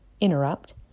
interrupt